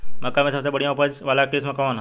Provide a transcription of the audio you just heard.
मक्का में सबसे बढ़िया उच्च उपज वाला किस्म कौन ह?